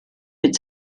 mit